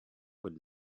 would